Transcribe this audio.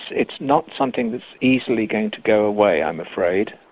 it's not something that's easily going to go away i'm afraid.